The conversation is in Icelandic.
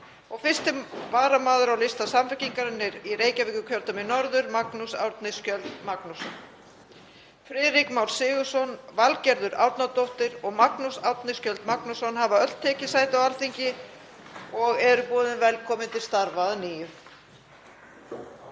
og 1. varamaður á lista Samfylkingarinnar í Reykjavíkurkjördæmi norður, Magnús Árni Skjöld Magnússon. Friðrik Már Sigurðsson, Valgerður Árnadóttir og Magnús Árni Skjöld Magnússon hafa öll áður tekið sæti á Alþingi og eru boðin velkomin til starfa að nýju.